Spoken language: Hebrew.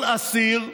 "כל אסיר",